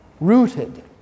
rooted